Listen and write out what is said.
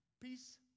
peace